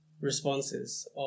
responses